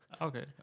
Okay